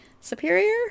Superior